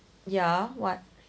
ya what